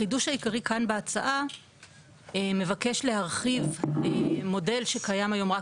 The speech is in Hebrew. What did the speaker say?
החידוש העיקרי כאן בהצעה מבקש להרחיב מודל שקיים היום רק